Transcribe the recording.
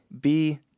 B-